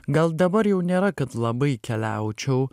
gal dabar jau nėra kad labai keliaučiau